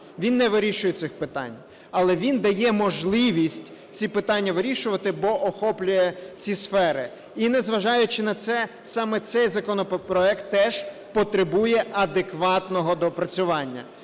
Він не вирішує цих питань, але він дає можливість ці питання вирішувати, бо охоплює ці сфери. І незважаючи на це саме, цей законопроект теж потребує адекватного доопрацювання.